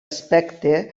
aspecte